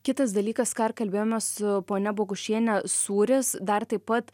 kitas dalykas ką ir kalbėjome su ponia bogušiene sūris dar taip pat